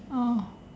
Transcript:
oh